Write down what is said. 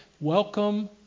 Welcome